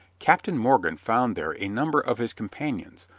captain morgan found there a number of his companions,